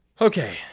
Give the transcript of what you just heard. Okay